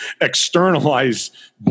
externalize